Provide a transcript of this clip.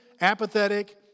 apathetic